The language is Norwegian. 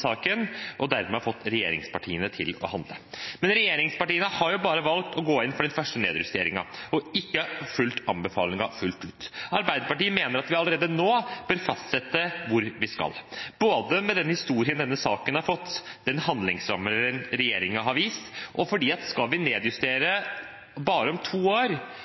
saken og dermed fått regjeringspartiene til å handle. Men regjeringspartiene har bare valgt å gå inn for den første nedjusteringen og ikke fulgt anbefalingen fullt ut. Arbeiderpartiet mener at vi allerede nå bør fastsette hvor vi skal – både på grunn av den historien denne saken har fått, og den handlingslammelsen regjeringen har vist – for skal vi nedjustere om bare to år,